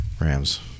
Rams